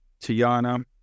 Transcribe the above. Tiana